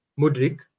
Mudrik